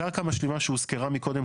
קרקע משלימה שהוזכרה מקודם,